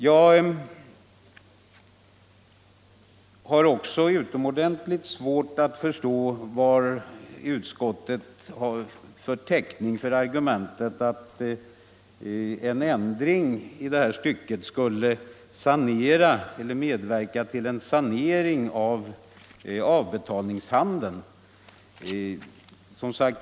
Jag har också utomordenligt svårt att förstå vad utskottet har för täckning för argumentet att en ändring i detta stycke skulle medverka till en sanering av avbetalningshandeln.